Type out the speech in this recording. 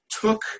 took